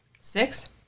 six